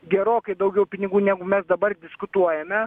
gerokai daugiau pinigų negu mes dabar diskutuojame